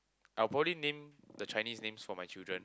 I will probably name the Chinese names for my children